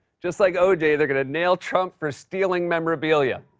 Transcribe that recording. just like o j, they're going to nail trump for stealing memorabilia.